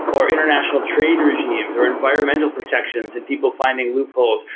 or international trade regimes or environmental protections and people finding loopholes,